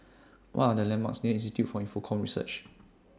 What Are The landmarks near Institute For Infocomm Research